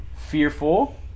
fearful